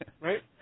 right